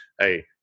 hey